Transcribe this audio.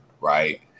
right